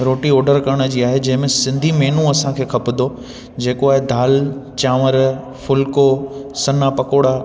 रोटी ऑडरु करण जी आहे जंहिंमें सिंधी मेन्यू असांखे खपंदो जेको आहे दाल चांवर फुलिको सन्हा पकोड़ा